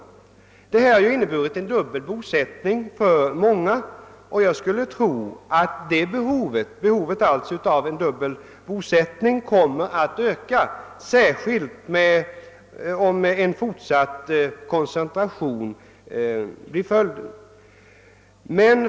Det har för många människor inneburit en dubbel bosättning, och jag skulle tro att behovet av en dubbel bosättning kommer att öka särskilt om en fortsatt koncentration blir följden.